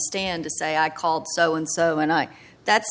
stand to say i called so and so and i that's